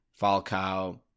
Falcao